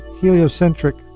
heliocentric